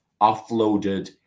offloaded